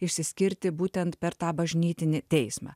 išsiskirti būtent per tą bažnytinį teismą